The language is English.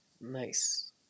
Nice